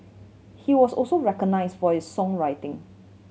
he was also recognised for his songwriting